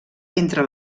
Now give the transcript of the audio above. entre